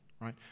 right